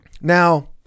Now